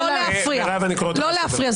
לא להפריע, לא להפריע.